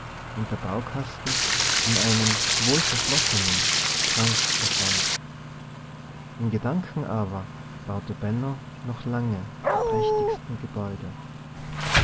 und der baukasten in einem wohlverschlossenen schrank verschwand in gedanken aber baute benno noch lange die prächtigsten gebäude